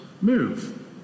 move